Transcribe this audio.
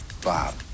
Bob